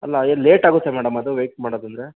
ಅಲ್ಲ ಎ ಲೇಟ್ ಆಗುತ್ತೆ ಮೇಡಮ್ ಅದು ವೇಟ್ ಮಾಡೋದಂದ್ರೆ